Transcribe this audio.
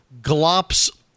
glops